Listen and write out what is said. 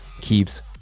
keeps